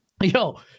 yo